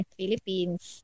Philippines